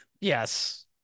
yes